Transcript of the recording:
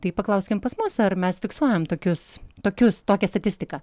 tai paklauskim pas mus ar mes fiksuojam tokius tokius tokią statistiką